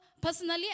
personally